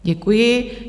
Děkuji.